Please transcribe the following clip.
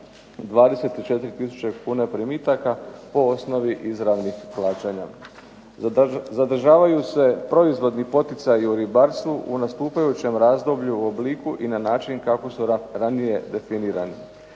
24000 kuna primitaka po osnovi izravnih plaćanja. Zadržavaju se proizvodni poticaji u ribarstvu u nastupajućem razdoblju, obliku i na način kako su ranije definirani.